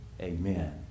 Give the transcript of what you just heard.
Amen